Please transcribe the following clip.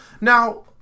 Now